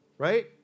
right